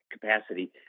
capacity